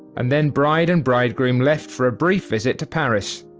and then bride and bridegroom left for a brief visit to paris.